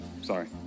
Sorry